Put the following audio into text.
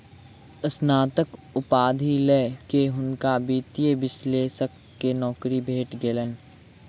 स्नातक उपाधि लय के हुनका वित्तीय विश्लेषक के नौकरी भेट गेलैन